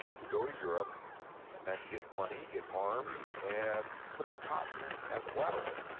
to go to europe and get money, get arms, and put up cotton as collateral.